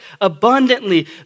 abundantly